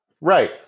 Right